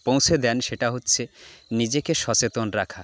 পৌঁছে দেন সেটা হচ্ছে নিজেকে সচেতন রাখা